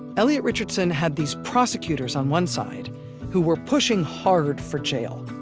elliot richardson had these prosecutors on one side who were pushing hard for jail.